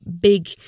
big